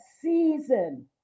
season